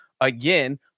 again